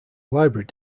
library